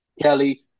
Kelly